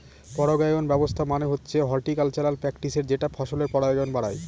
পরাগায়ন ব্যবস্থা মানে হচ্ছে হর্টিকালচারাল প্র্যাকটিসের যেটা ফসলের পরাগায়ন বাড়ায়